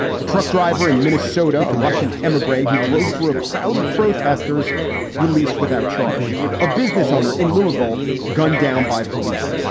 the truck driver in minnesota, a russian emigre who drove through a crowd of protesters released without charge a business owner in louisville gunned down by police.